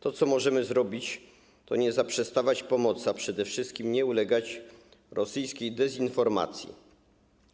To, co możemy zrobić, to nie zaprzestawać pomocy, a przede wszystkim nie ulegać rosyjskiej dezinformacji.